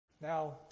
Now